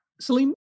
Salim